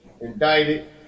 indicted